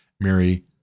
Mary